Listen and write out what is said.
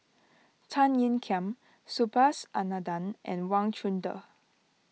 Tan Ean Kiam Subhas Anandan and Wang Chunde